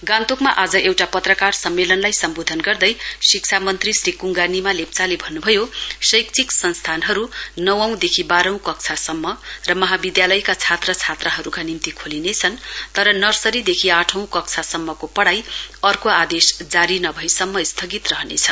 गान्तोकमा आज एउटा पत्रकार सम्मेलनलाई सम्बोधन गर्दै शिक्षा मन्त्री श्री कुंगा निमा लेप्वाले भन्न भयो शैक्षिक संस्थानहरू नवौदेखि बाहौं कक्षा सम्म र महाविद्यालयका छात्र छात्राहरूका निम्ति खोलिने छन् तर नर्सरी देखि आठौं कक्षासम्मको पढाई अर्को आदेश जारी नभएसम्म स्थगित रहनेछ